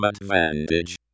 advantage